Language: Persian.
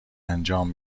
انجام